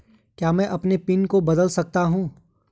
क्या मैं अपने पिन को बदल सकता हूँ?